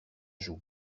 joue